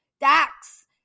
Dax